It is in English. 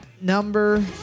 number